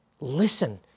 listen